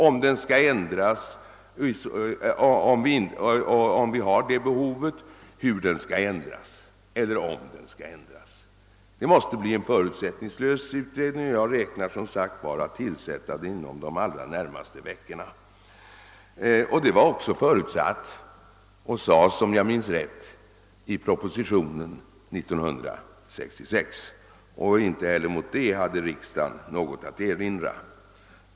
Om ett sådant behov visar sig föreligga får vi på nytt pröva, om och i så fall hur lagen bör ändras. Detta måste blir en förutsättningslös utredning, och jag räknar, som sagt, med att tillsätta den inom de allra närmaste veckorna. Detta var förutsatt och utsades också, om jag minns rätt, i propositionen 1966. Inte heller mot detta hade riksdagen något att erinra.